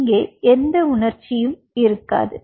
இங்கே எந்த உணர்ச்சியும் இருக்காது